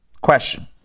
question